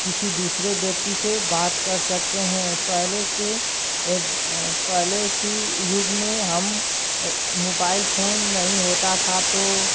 किसी दूसरे व्यक्ति से बात कर सकते हैं पहले की पहले की युग में हम मोबाइल फोन नहीं होता था तो